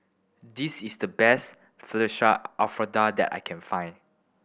this is the best Fettuccine Alfredo that I can find